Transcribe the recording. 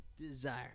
Desire